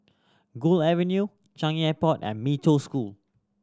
Gul Avenue Changi Airport and Mee Toh School